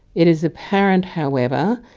it is apparent, however,